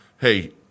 hey